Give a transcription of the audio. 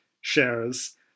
shares